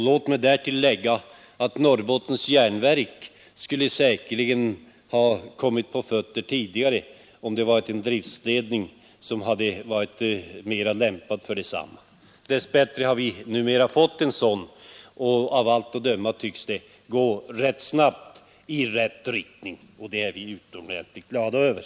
Låt mig tillägga att Norrbottens järnverk säkerligen skulle ha kommit på fötter tidigare, om där hade funnits en driftledning som varit mer lämpad för sin uppgift. Dess bättre har man numera fått en sådan, och av allt att döma tycks det gå ganska snabbt i rätt riktning; det är vi utomordentligt glada över.